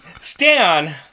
Stan